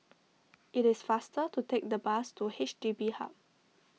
it is faster to take the bus to H D B Hub